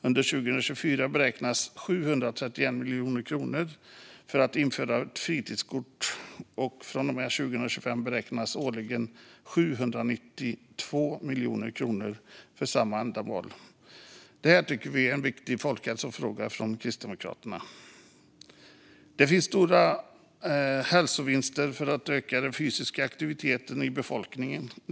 Under 2024 beräknas 731 miljoner kronor för att införa fritidskort, och från och med 2025 beräknas årligen 792 miljoner kronor för samma ändamål. Detta är en viktig folkhälsofråga, tycker vi i Kristdemokraterna. Det finns stora hälsovinster med att öka den fysiska aktiviteten i befolkningen.